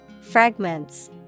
fragments